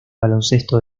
baloncesto